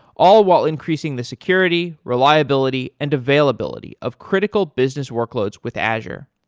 all while increasing the security, reliability and availability of critical business workloads with azure.